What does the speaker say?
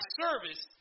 service